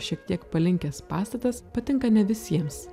šiek tiek palinkęs pastatas patinka ne visiems